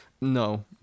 No